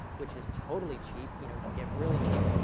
which is totally cheap you know you can get really cheap,